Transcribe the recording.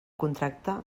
contracte